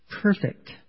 perfect